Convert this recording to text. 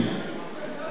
יושב-ראש הקואליציה,